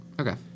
Okay